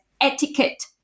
etiquette